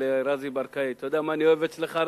לרזי ברקאי: אתה יודע מה אני אוהב אצלך,